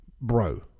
bro